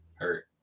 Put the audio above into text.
hurt